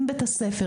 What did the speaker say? עם בית ספר,